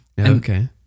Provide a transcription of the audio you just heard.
Okay